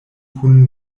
kun